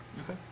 Okay